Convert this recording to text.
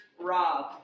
Rob